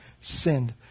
sinned